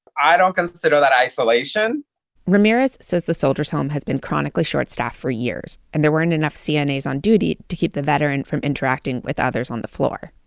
i don't consider that isolation ramirez says the soldiers' home has been chronically short-staffed for years, and there weren't enough cnas on duty to keep the veteran from interacting with others on the floor.